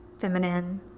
feminine